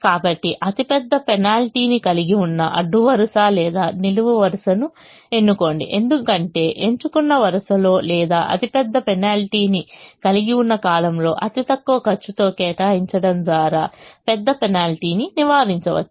కాబట్టి అతిపెద్ద పెనాల్టీని కలిగి ఉన్న అడ్డు వరుస లేదా నిలువు వరుసను ఎన్నుకోండి ఎందుకంటే ఎంచుకున్న వరుసలో లేదా అతి పెద్ద పెనాల్టీని కలిగి ఉన్న కాలమ్లో అతి తక్కువ ఖర్చుతో కేటాయించటం ద్వారా పెద్ద పెనాల్టీని నివారించవచ్చు